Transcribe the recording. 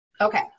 Okay